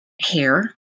hair